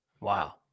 Wow